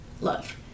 love